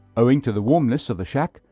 owing to the warmness of the shack,